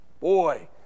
boy